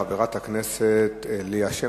חברת הכנסת ליה שמטוב,